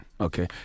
Okay